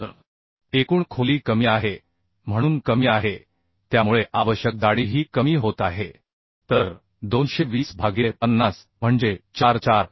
तर एकूण खोली कमी आहे म्हणून कमी आहे त्यामुळे आवश्यक जाडीही कमी होत आहे तर 220 भागिले 50 म्हणजे 4 4